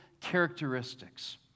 characteristics